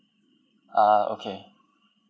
ah okay